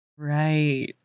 Right